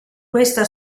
questa